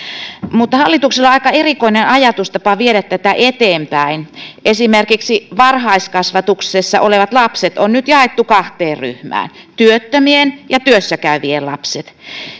mutta hallituksella on aika erikoinen ajatustapa viedä tätä eteenpäin esimerkiksi varhaiskasvatuksessa olevat lapset on nyt jaettu kahteen ryhmään työttömien ja työssä käyvien lapset